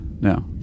No